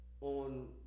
on